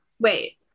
Wait